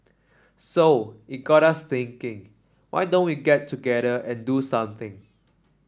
so it got us thinking why don't we get together and do something